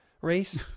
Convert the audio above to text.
race